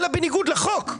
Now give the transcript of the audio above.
גם בניגוד לחוק.